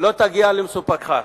שלא תגיע למבוקשך.